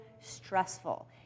stressful